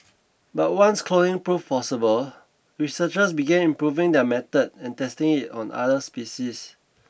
but once cloning proved possible researchers began improving their method and testing it on other species